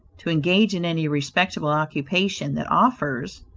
to engage in any respectable occupation that offers,